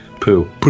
poo